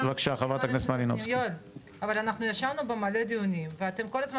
אני רוצה להגיד שאנחנו ישבנו בהמון דיונים ואתם כל הזמן